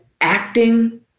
acting